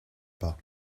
pas